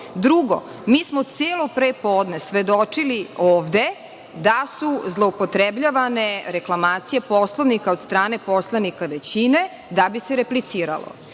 stoje. Drugo, mi smo celo prepodne svedočili ovde da su zloupotrebljavane reklamacije Poslovnika od strane poslanika većine da bi se repliciralo.